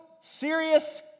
serious